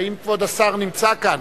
האם כבוד השר נמצא כאן?